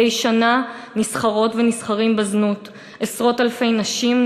מדי שנה נסחרות ונסחרים בזנות עשרות אלפי נשים,